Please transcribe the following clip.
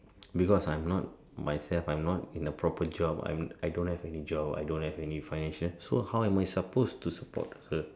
because I'm not myself I'm not in a proper job I'm I don't have any job I don't have any financial so how am I supposed to support her